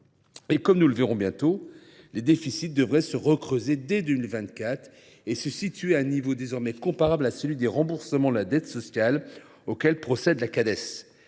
Comme nous le verrons bientôt, les déficits devraient se creuser de nouveau dès 2024 et se situer à un niveau désormais comparable à celui des remboursements de la dette sociale auxquels procède la Cades.